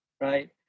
right